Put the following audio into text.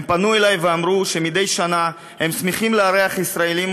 הם פנו אלי ואמרו שמדי שנה הם שמחים לארח ישראלים